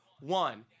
One